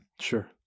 Sure